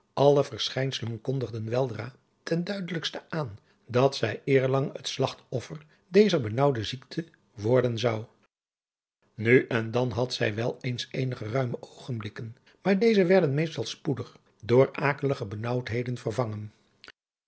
alle verschijnselen kondigden weldra ten duidelijkste aan dat zij eerlang het slagtoffer dezer benaauwde ziekte worden zou nu en dan had zij wel eens eenige ruime oogenblikken maar deze werden meestal spoedig door akelige benaauwdheden vervangen